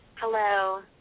Hello